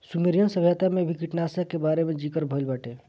Sumerian सभ्यता में भी कीटनाशकन के बारे में ज़िकर भइल बाटे